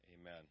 Amen